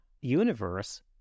universe